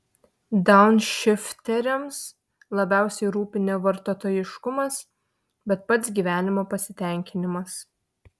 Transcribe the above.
daunšifteriams labiausiai rūpi ne vartotojiškumas bet pats gyvenimo pasitenkinimas